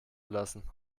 lassen